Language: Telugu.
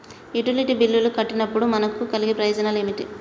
యుటిలిటీ బిల్లులు కట్టినప్పుడు మనకు కలిగే ప్రయోజనాలు ఏమిటి?